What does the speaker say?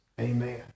Amen